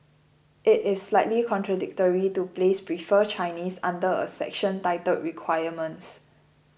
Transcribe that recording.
it is slightly contradictory to place prefer Chinese under a section titled requirements